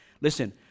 Listen